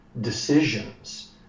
decisions